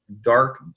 dark